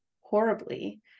horribly